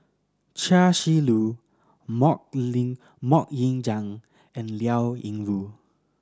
Chia Shi Lu Mok Ling Mok Ying Jang and Liao Yingru